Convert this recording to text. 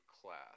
class